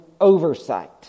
oversight